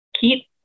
keep